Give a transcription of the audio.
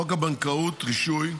חוק הבנקאות (רישוי)